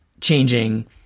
changing